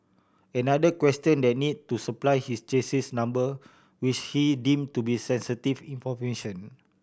another questioned the need to supply his chassis number which he deem to be sensitive information